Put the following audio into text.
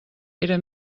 era